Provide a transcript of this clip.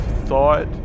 thought